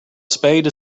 spade